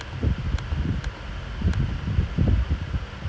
but we still got three more I mean after today two more lah but ya